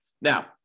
Now